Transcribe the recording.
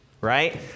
right